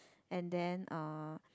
and then uh